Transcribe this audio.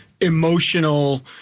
emotional